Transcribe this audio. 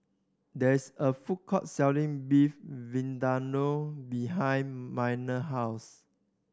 there is a food court selling Beef Vindaloo behind Minor house